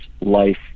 life